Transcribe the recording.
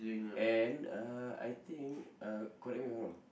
and uh I think uh correct me if I'm wrong